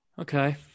Okay